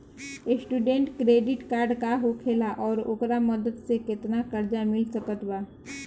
Student credit card का होखेला और ओकरा मदद से केतना कर्जा मिल सकत बा?